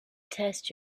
test